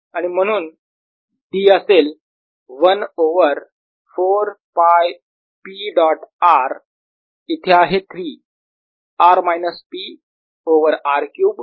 आणि म्हणून D असेल 1 ओव्हर 4 π P डॉट r इथे आहे 3 R minus P over r cube